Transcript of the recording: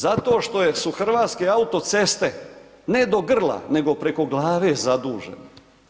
Zato što su Hrvatske autoceste ne do grla, nego preko glave zadužene.